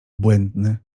błędny